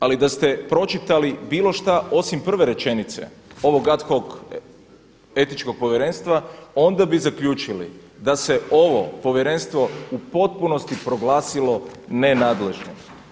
Ali da ste pročitali bilo šta osim prve rečenice ovog ad hoc Etičkog povjerenstva onda bi zaključili da se ovo Povjerenstvo u potpunosti proglasilo nenadležnim.